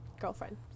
girlfriend